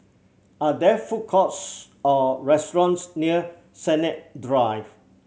are there food courts or restaurants near Sennett Drive